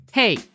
Hey